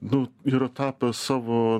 nu yra tapę savo